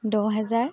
দহ হেজাৰ